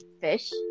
fish